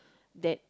that